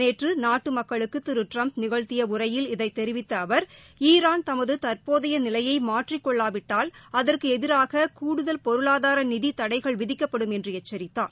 நேற்று நாட்டு மக்களுக்கு திரு ட்டிரம்ப நிகழ்த்திய உரையில் இதைத் தெரிவித்த அவர் ஈரான் தமது தற்போதைய நிலையை மாற்றிக் கொள்ளாவிட்டால் அகுற்கு எதிராக கூடுதல் பொருளாதார நிதி தடைகள் விதிக்கப்படும் என்று எச்சரித்தார்